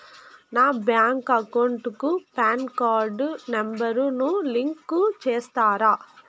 నా bank account కు PAN card number ను లింకు సేస్తారా?